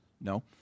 No